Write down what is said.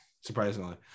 Surprisingly